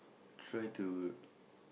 try to